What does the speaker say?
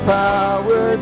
power